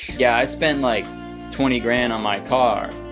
yeah. i spent like twenty grand on my car.